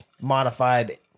modified